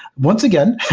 once again,